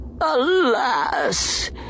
Alas